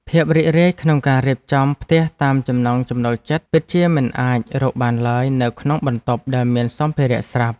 ភាពរីករាយក្នុងការរៀបចំផ្ទះតាមចំណង់ចំណូលចិត្តពិតជាមិនអាចរកបានឡើយនៅក្នុងបន្ទប់ដែលមានសម្ភារៈស្រាប់។